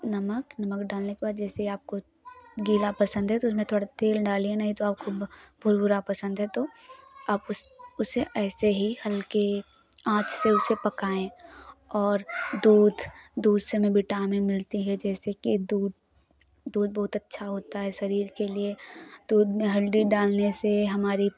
नमक डालने के बाद जैसे आपको गीला पसंद है तो उसमें थोड़ा तेल डालिए नहीं तो आपको भुरभुरा पसंद है तो आप उस उसे ऐसे ही हल्के आँच से पकाएं और दूध दूध से हमें विटामिन मिलती है जैसे कि दूध दूध बहुत अच्छा होता है शरीर के लिया दूध में हल्दी डालने से हमारी